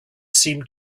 seemed